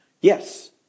Yes